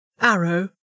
Arrow